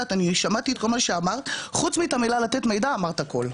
שמעתי את כל מה שאמרת חוץ מאת המילה לתת מידע אמרת הכל.